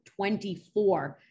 24